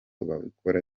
bakora